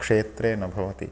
क्षेत्रे न भवति